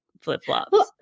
flip-flops